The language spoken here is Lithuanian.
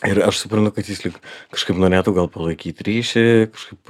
ir aš suprantu kad jis lyg kažkaip norėtų gal palaikyt ryšį kažkaip